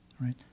right